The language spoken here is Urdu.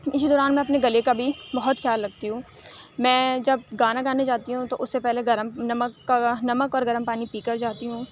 اِسی دوران میں اپنے گلے کا بھی بہت خیال رکھتی ہوں میں جب گانا گانے جاتی ہوں تو اُس سے پہلے گرم نمک کا نمک اور گرم پانی پی کر جاتی ہوں